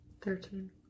Thirteen